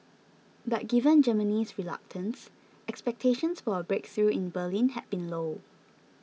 but given Germany's reluctance expectations for a breakthrough in Berlin had been low